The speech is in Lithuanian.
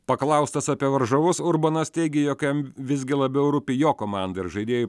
paklaustas apie varžovus urbonas teigė jog jam visgi labiau rūpi jo komanda ir žaidėjai